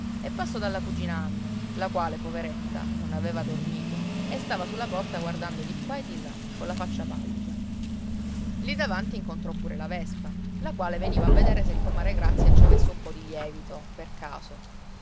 e passò dalla cugina anna la quale poveretta non aveva dormito e stava sulla porta guardando di qua e di là colla faccia pallida lì davanti incontrò pure la vespa la quale veniva a vedere se comare grazia ci avesse un po di lievito per caso